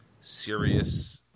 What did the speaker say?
serious